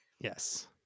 Yes